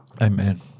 Amen